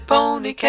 Pony